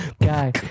guy